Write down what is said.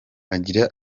agira